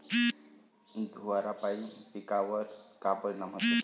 धुवारापाई पिकावर का परीनाम होते?